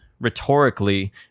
rhetorically